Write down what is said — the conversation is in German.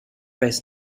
weiß